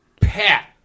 Pat